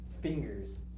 fingers